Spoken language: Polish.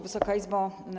Wysoka Izbo!